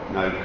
no